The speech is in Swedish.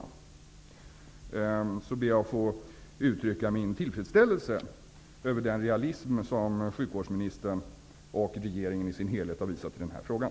Men jag ber att få uttrycka min tillfredsställelse över den realism som sjukvårdsministern och regeringen i övrigt har visat i den här frågan.